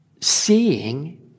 seeing